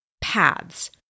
paths